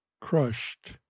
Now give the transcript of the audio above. crushed